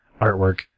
artwork